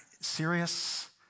serious